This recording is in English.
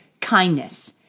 kindness